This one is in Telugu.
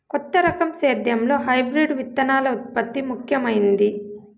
కొత్త రకం సేద్యంలో హైబ్రిడ్ విత్తనాల ఉత్పత్తి ముఖమైంది